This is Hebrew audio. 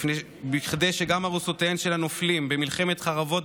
כדי שגם ארוסותיהם של הנופלים במלחמת חרבות